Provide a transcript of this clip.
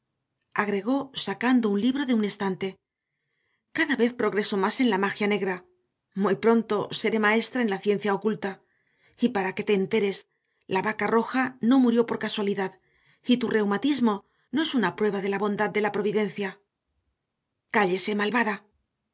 agregó sacando un libro de un estante cada vez progreso más en la magia negra muy pronto seré maestra en la ciencia oculta y para que te enteres la vaca roja no murió por casualidad y tu reumatismo no es una prueba de la bondad de la providencia cállese malvada